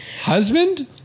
husband